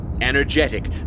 energetic